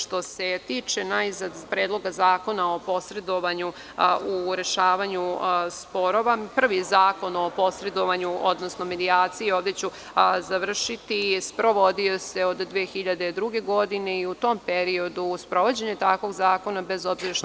Što se tiče Predlogazakona o posredovanju u rešavanju sporova, prvi Zakon o posredovanju, odnosno medijacija, ovde ću završiti, sprovodio se od 2002. godine i u tom periodu sprovođenja takvog zakona, bez obzira što…